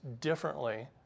differently